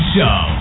Show